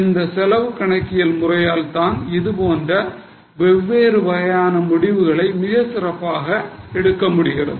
இந்த செலவு கணக்கியல் முறையால் தான் பல்வேறு வகையான முடிவுகளை மிகச் சிறப்பாக எடுக்க முடிகிறது